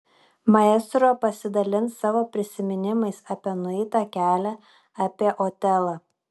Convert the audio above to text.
maestro pasidalins savo prisiminimais apie nueitą kelią apie otelą